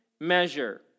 measure